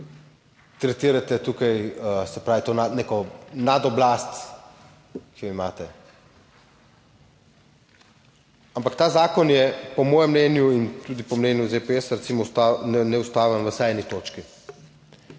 tretirate tukaj, se pravi to neko nadoblast, ki jo imate. Ampak ta zakon je po mojem mnenju in tudi po mnenju ZPS recimo, neustaven na vsaj eni točki.